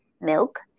milk